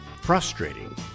frustrating